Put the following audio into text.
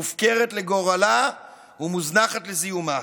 מופקרת לגורלה ומוזנחת לזיהומה.